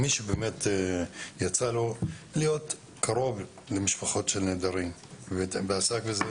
מי שיצא לו להיות קרוב למשפחות של נעדרים ועסק בזה,